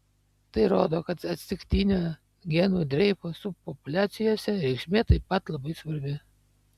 tai rodo kad atsitiktinio genų dreifo subpopuliacijose reikšmė taip pat labai svarbi